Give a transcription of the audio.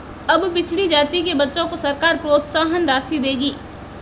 अब पिछड़ी जाति के बच्चों को सरकार प्रोत्साहन राशि देगी